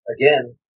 again